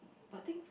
but I think